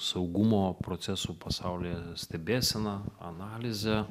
saugumo procesų pasaulyje stebėsena analize